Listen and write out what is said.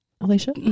Alicia